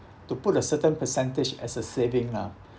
to put a certain percentage as a saving lah